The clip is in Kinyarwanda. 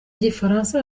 gifaransa